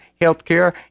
healthcare